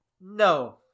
No